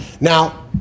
Now